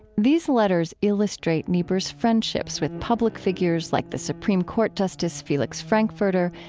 these letters illustrate niebuhr's friendships with public figures like the supreme court justice felix frankfurter,